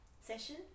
session